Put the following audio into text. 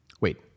Wait